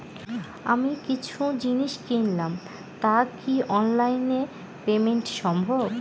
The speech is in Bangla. আমি কিছু জিনিস কিনলাম টা কি অনলাইন এ পেমেন্ট সম্বভ?